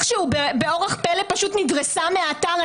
באורח פלא פשוט נדרסה מהאתר.